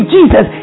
Jesus